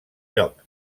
lloc